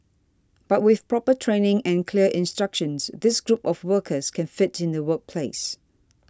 but with proper training and clear instructions this group of workers can fit in the workplace